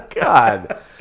God